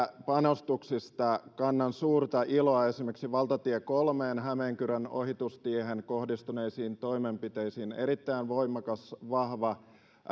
panostuksista kannan suurta iloa esimerkiksi valtatie kolmen hämeenkyrön ohitustiehen kohdistuneisiin toimenpiteisiin erittäin voimakas vahva